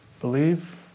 Believe